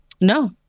No